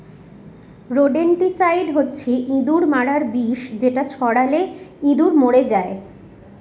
rodenticide হচ্ছে ইঁদুর মারার বিষ যেটা ছড়ালে ইঁদুর মরে যায়